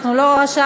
אנחנו לא רשמנו,